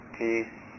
peace